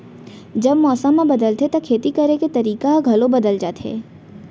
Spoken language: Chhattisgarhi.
जब मौसम ह बदलथे त खेती करे के तरीका ह घलो बदल जथे?